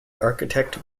architect